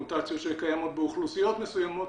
מוטציות שקיימות באוכלוסיות מסוימות.